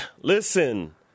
Listen